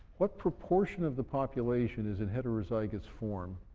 what proportion of the population is in heterozygous form,